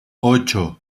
ocho